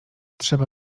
trzeba